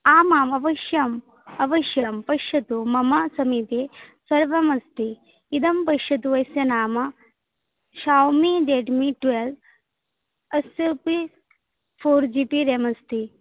आमाम् अवश्यम् अवश्यं पश्यतु मम समीपे सर्वमस्ति इदं पश्यतु यस्य नाम शौमि रेडमी ट्वेल्व् अस्यापि फ़ोर् जी बी रेम् अस्ति